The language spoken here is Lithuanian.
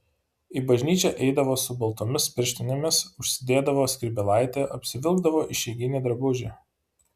į bažnyčią eidavo su baltomis pirštinėmis užsidėdavo skrybėlaitę apsivilkdavo išeiginį drabužį